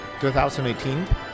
2018